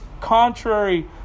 contrary